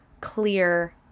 clear